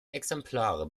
exemplare